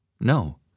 No